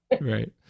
right